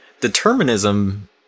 determinism